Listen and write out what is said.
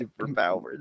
superpowers